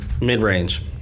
Mid-range